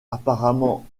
apparemment